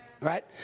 right